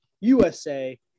USA